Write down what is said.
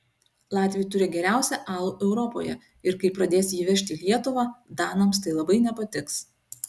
latviai turi geriausią alų europoje ir kai pradės jį vežti į lietuvą danams tai labai nepatiks